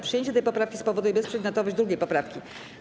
Przyjęcie tej poprawki spowoduje bezprzedmiotowość 2. poprawki.